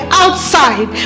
outside